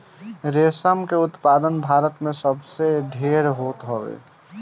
रेशम के उत्पादन भारत में सबसे ढेर होत हवे